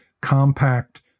compact